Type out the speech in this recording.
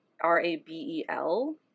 R-A-B-E-L